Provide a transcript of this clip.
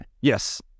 Yes